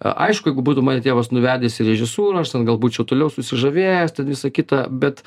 aišku jeigu būtų mane tėvas nuvedęs į režisūrą aš ten gal būčiau toliau susižavėjęs ten visa kita bet